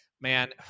Man